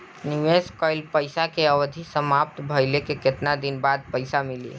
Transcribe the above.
निवेश कइल पइसा के अवधि समाप्त भइले के केतना दिन बाद पइसा मिली?